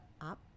up